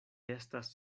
estas